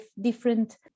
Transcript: different